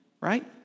right